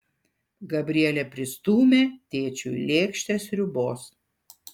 gabrielė pristūmė tėčiui lėkštę sriubos